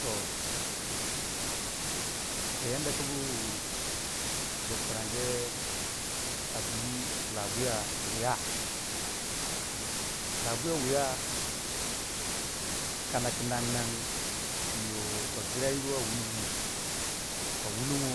Toh chịka yada ku bu bu pirange a di labwiya wiya, labwiya wiya kana ku nan nan ki yo bagịrayirwa wunongo a wunongo